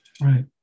right